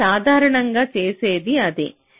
మనం సాధారణంగా చేసేది ఇదే